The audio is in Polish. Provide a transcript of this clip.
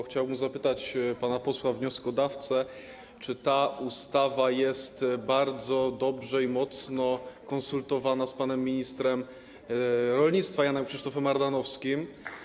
Chciałbym zapytać pana posła wnioskodawcę, czy ta ustawa jest bardzo dobrze i mocno konsultowana z panem ministrem rolnictwa Janem Krzysztofem Ardanowskim.